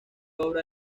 obra